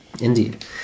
Indeed